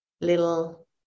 little